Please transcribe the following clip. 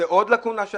זו עוד לאקונה.